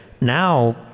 Now